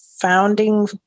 founding